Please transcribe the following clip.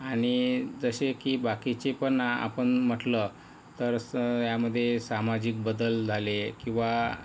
आणि जसे की बाकीचे पण आपण म्हटलं तर स यामध्ये सामाजिक बदल झाले किंवा